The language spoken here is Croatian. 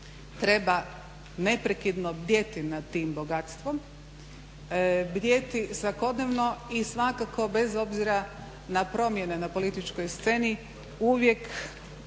treba neprekidno bdjeti nad tim bogatstvom, bdjeti svakodnevno i svakako bez obzira na promjene na političkoj sceni uvijek